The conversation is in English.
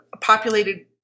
populated